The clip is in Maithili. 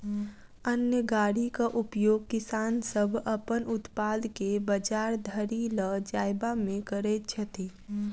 अन्न गाड़ीक उपयोग किसान सभ अपन उत्पाद के बजार धरि ल जायबामे करैत छथि